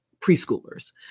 preschoolers